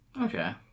Okay